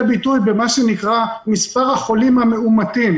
ביטוי במה שנקרא מספר החולים המאומתים,